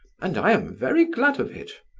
and i am very glad of it.